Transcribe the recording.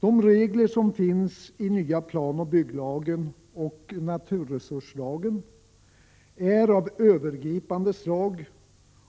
De regler som finns i den nya planoch bygglagen och naturresurslagen är av övergripande slag